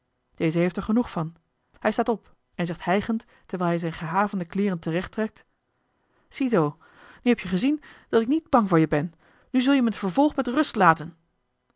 deze heeft er genoeg van hij staat op en zegt hijgend terwijl hij zijne gehavende kleeren terecht trekt zie zoo nu heb je gezien dat ik niet bang voor je ben nu zul je me in t vervolg met rust laten